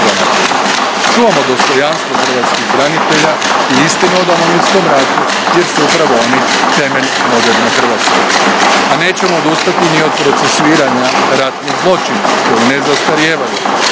Čuvamo dostojanstvo hrvatskih branitelja i istinu o Domovinskom ratu jer su upravo oni temelj moderne Hrvatske. A nećemo odustati ni od procesuiranja ratnih zločina koji ne zastarijevaju.